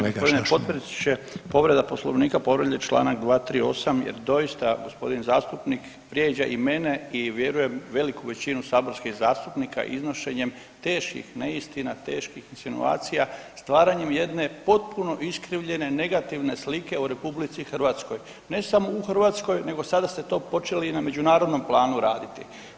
Poštovani gospodine potpredsjedniče, povreda Poslovnika, povrijeđen je Članak 238. jer doista gospodin zastupnik vrijeđa i mene i vjerujem veliku većinu saborskih zastupnika iznošenjem teških neistina, teških insinuacija stvaranjem jedne potpuno iskrivljene negativne slike RH ne samo u Hrvatskoj nego sada ste to počeli i na međunarodnom planu raditi.